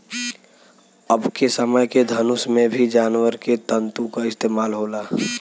अबके समय के धनुष में भी जानवर के तंतु क इस्तेमाल होला